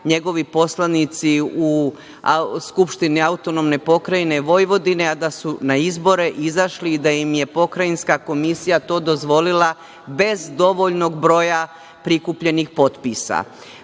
njegovi poslanici, u Skupštini AP Vojvodine, a da su na izbore izašli i da im je Pokrajinska komisija to dozvolila bez dovoljnog broja prikupljenih